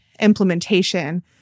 implementation